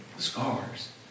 Scars